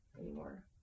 anymore